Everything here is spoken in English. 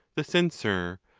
the censor,